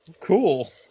Cool